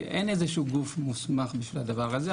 אין איזה שהוא גוף מוסמך בשביל הדבר הזה,